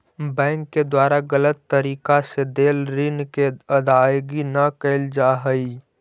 bank के द्वारा गलत तरीका से देल ऋण के अदायगी न कैल जा हइ